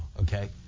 okay